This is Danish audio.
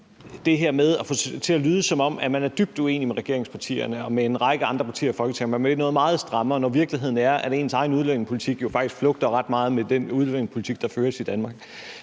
man får det til at lyde, som om man er dybt uenig med regeringspartierne og med en række andre partier i Folketinget og man vil noget meget strammere, når virkeligheden er, at ens egen udlændingepolitik faktisk flugter ret meget med den udlændingepolitik, der føres i Danmark.